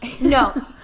no